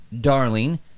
darling